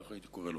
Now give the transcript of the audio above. כך הייתי קורא לה.